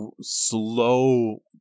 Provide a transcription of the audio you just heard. slow